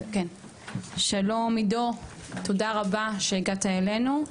שלום, עידו, תודה רבה שהגעת אלינו.